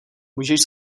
můžeš